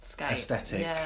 aesthetic